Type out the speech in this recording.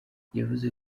yavuze